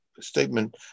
statement